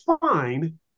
fine